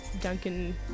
Duncan